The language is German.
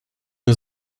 nur